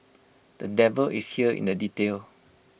the devil here is in the detail